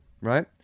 right